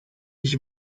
ich